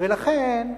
ולכן,